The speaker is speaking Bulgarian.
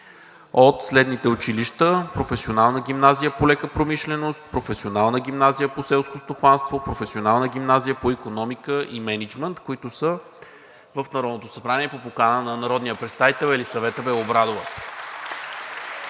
от следните училища: Професионална гимназия по лека промишленост, Професионална гимназия по селско стопанство, Професионална гимназия по икономика и мениджмънт, които са в Народното събрание по покана на народния представител Елисавета Белобрадова.